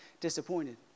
disappointed